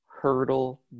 hurdle